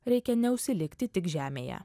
reikia neužsilikti tik žemėje